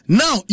now